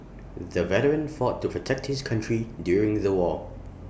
the veteran fought to protect his country during the war